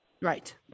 Right